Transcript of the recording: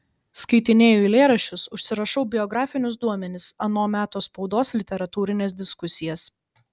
skaitinėju eilėraščius užsirašau biografinius duomenis ano meto spaudos literatūrines diskusijas